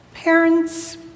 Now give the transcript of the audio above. Parents